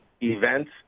events